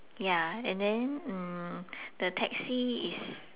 ya and then mm the taxi is